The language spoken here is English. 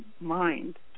mind